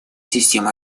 системы